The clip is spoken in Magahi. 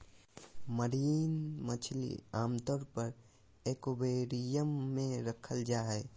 मरीन मछली आमतौर पर एक्वेरियम मे रखल जा हई